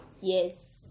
Yes